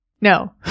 No